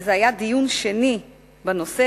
וזה היה דיון שני בנושא,